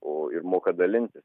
o ir moka dalintis